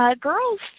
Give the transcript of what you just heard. Girls